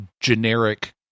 generic